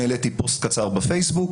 העליתי פוסט קצר בפייסבוק